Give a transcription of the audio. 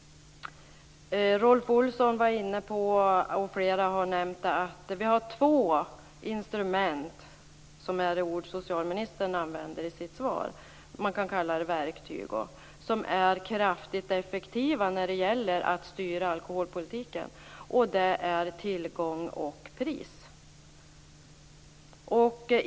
Rolf Olsson och flera andra nämnde att det finns två instrument - ord som socialministern nämnde i sitt svar, det går att kalla dem för verktyg - som är kraftigt effektiva när det gäller att styra alkoholpolitiken, nämligen tillgång och pris.